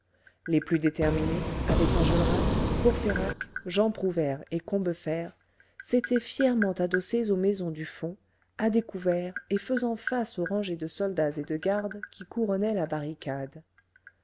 les plus déterminés avec enjolras courfeyrac jean prouvaire et combeferre s'étaient fièrement adossés aux maisons du fond à découvert et faisant face aux rangées de soldats et de gardes qui couronnaient la barricade